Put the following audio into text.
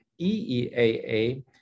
EEAA